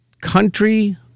Country